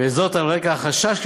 על רקע החשש,